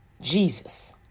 Jesus